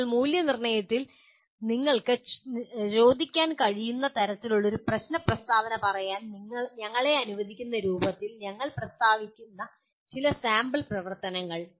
ഇപ്പോൾ മൂല്യനിർണ്ണയത്തിൽ നിങ്ങൾക്ക് ചോദിക്കാൻ കഴിയുന്ന തരത്തിലുള്ള ഒരു പ്രശ്ന പ്രസ്താവന പറയാൻ ഞങ്ങളെ അനുവദിക്കുന്ന രൂപത്തിൽ ഞങ്ങൾ പ്രസ്താവിക്കുന്ന ചില സാമ്പിൾ പ്രവർത്തനങ്ങൾ